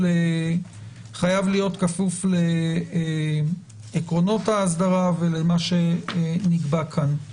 חייב להיות כפוף לעקרונות האסדרה ולמה שנקבע כאן.